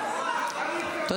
אתה